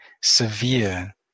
severe